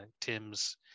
Tim's